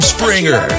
Springer